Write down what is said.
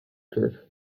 group